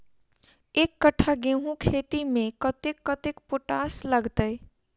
एक कट्ठा गेंहूँ खेती मे कतेक कतेक पोटाश लागतै?